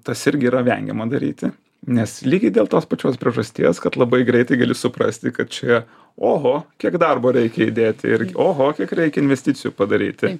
tas irgi yra vengiama daryti nes lygiai dėl tos pačios priežasties kad labai greitai gali suprasti kad čia oho kiek darbo reikia įdėti ir oho kiek reikia investicijų padaryti